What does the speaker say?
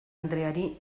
andreari